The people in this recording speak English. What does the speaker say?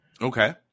Okay